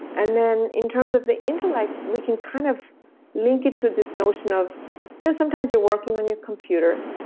and then in terms of the intellect we can kind of link it to this notion of you know sometimes you're working on your computer,